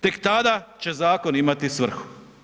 Tek tada će zakoni imati svrhu.